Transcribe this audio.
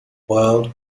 boiled